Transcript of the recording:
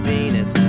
Venus